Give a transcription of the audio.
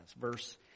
verse